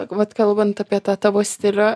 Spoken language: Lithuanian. vat kalbant apie tą tavo stilių